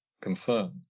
concern